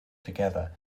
together